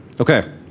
Okay